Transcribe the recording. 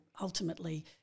ultimately